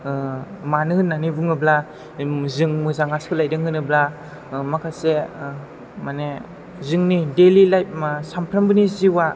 मानो होन्नानै बुङोब्ला जों मोजांआ सोलायदों होनोब्ला माखासे माने जोंनि दैलि लाइफ सानफ्रोमबोनि जिउया